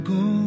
go